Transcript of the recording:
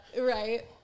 Right